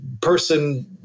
person